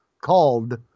called